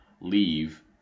leave